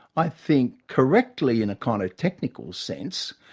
i think correctly in a kind of technical sense,